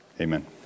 Amen